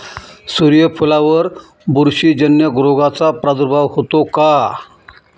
सूर्यफुलावर बुरशीजन्य रोगाचा प्रादुर्भाव होतो का?